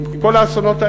עם כל האסונות האלה,